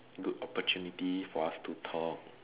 good opportunity for us to talk